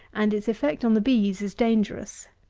and its effect on the bees is dangerous.